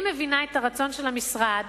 אני מבינה את הרצון של המשרד